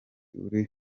uri